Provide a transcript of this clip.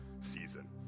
season